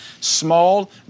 Small